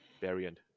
variant